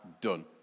done